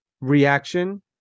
reaction